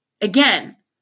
Again